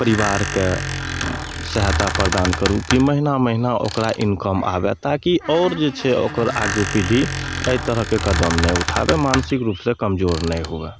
परिवारके सहायता प्रदान करू कि महिना महिना ओकरा इनकम आबै ताकि आओर जे छै ओकर आगू पीढ़ी एहि तरहके कदम नहि उठाबै मानसिक रूपसँ कमजोर नहि हुए